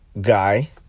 guy